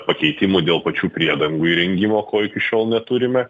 pakeitimų dėl pačių priedangų įrengimo ko iki šiol neturime